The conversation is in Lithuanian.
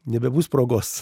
nebebus progos